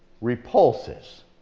repulses